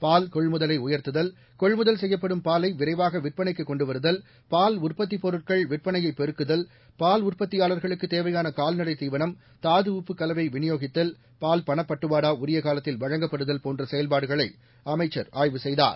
பால் கொள்முதலை உயர்த்துதல் கொள்முதல் செய்யப்படும் பாலை விரைவாக விற்பளைக்கு கொண்டு வருதல் பால் உற்பத்திப் பொருட்கள் விற்பனையை பெருக்குதல் பால் உற்பத்தியாளர்களுக்கு தேவையான னல்நடைத் தீவனம் தாதுடப்புக் கலவை விநியோகித்தல் பால் பணப்பட்டுவாடா உரிய காலத்தில் வழங்கப்படுதல் போன்ற செயல்பாடுகளை அமைச்சர் ஆய்வு செய்தார்